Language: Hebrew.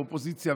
באופוזיציה,